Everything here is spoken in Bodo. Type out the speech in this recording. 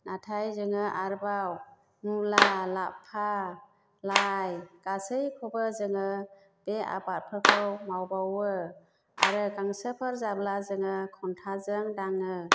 नाथाय जोङो आरबाव मुला लाफा लाइ गासैखौबो जोङो बे आबादफोरखौ मावबावो आरो गांसोफोर जाब्ला जोङो खन्थाजों दाङो